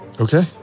Okay